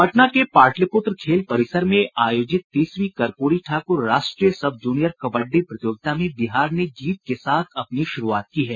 पटना के पाटलिप्त्र खेल परिसर में आयोजित तीसवीं कर्पूरी ठाकुर राष्ट्रीय सब जूनियर कबड्डी प्रतियोगिता में बिहार ने जीत के साथ अपनी शुरूआत की है